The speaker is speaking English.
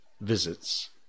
Visits